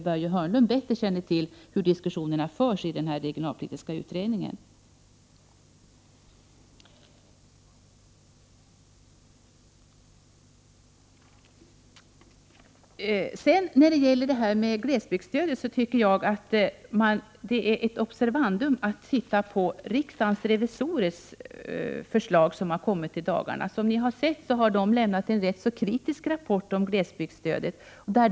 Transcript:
Börje Hörnlund känner väl bättre till hur diskussionerna förs i den regionalpolitiska utredningen. När det gäller glesbygdsstödet tycker jag att det finns skäl att titta på riksdagens revisorers förslag, som har kommit i dagarna. Som ni har sett har de lämnat en rätt så kritisk rapport om glesbygdsstödet.